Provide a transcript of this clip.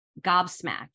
gobsmacked